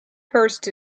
first